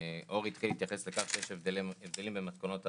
אורי התחיל להתייחס לכך שיש הבדלים במתכונות העסקה.